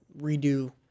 redo